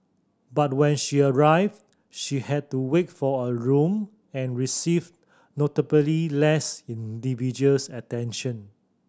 but when she arrived she had to wait for a room and received notably less individuals attention